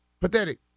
Pathetic